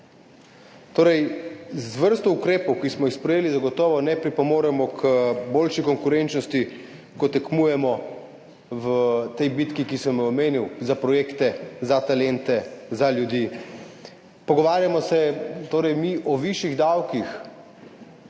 Z vrsto ukrepov, ki smo jih sprejeli, zagotovo ne pripomoremo k boljši konkurenčnosti, ko tekmujemo v tej bitki, ki sem jo omenil, za projekte, za talente, za ljudi. Pogovarjamo se, torej mi, o višjih davkih,